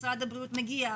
משרד הבריאות מגיע?